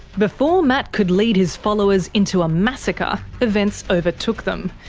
before matt could lead his followers into a massacre, events overtook them.